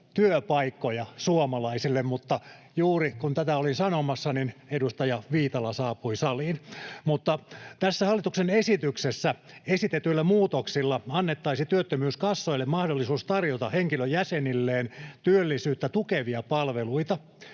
työpaikkoja suomalaisille, mutta juuri kun tätä olin sanomassa, niin edustaja Viitala saapui saliin. Mutta tässä hallituksen esityksessä esitetyillä muutoksilla annettaisiin työttömyyskassoille mahdollisuus tarjota henkilöjäsenilleen työllisyyttä tukevia palveluita.